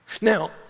Now